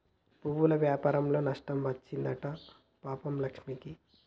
పువ్వుల వ్యాపారంలో నష్టం వచ్చింది అంట పాపం లక్ష్మికి